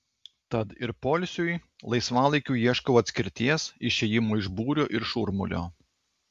tad ir poilsiui laisvalaikiui ieškau atskirties išėjimo iš būrio ir šurmulio